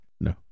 No